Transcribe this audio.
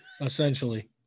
Essentially